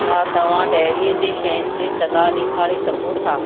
छा तव्हां डेयरी जी शयुनि ते सलाह ॾेखारे सघो था